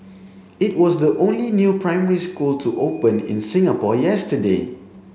it was the only new primary school to open in Singapore yesterday